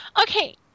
Okay